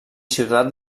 ciutat